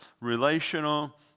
relational